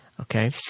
Okay